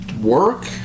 work